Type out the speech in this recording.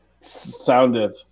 sounded